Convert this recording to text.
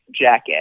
jacket